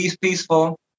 peaceful